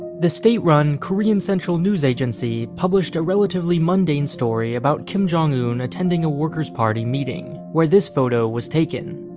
the state-run korean central news agency published a relatively mundane story about kim jong-un attending a workers' party meeting, where this photo was taken.